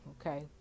Okay